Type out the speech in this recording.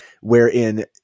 wherein